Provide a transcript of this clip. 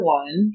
one